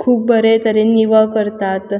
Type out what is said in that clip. खूब बरे तरेन निवळ करतात